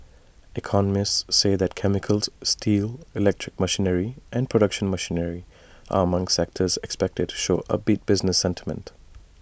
economists say that chemicals steel electric machinery and production machinery are among sectors expected to show upbeat business sentiment